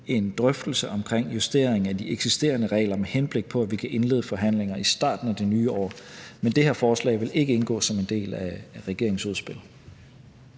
en drøftelse om en justering af de eksisterende regler, med henblik på at vi kan indlede forhandlinger i starten af det nye år. Men det her forslag vil ikke indgå som en del af regeringens udspil.